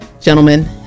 gentlemen